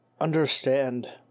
understand